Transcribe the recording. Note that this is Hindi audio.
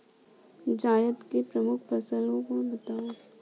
जायद की प्रमुख फसल बताओ